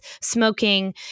smoking